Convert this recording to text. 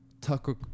Tucker